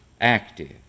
active